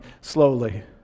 slowly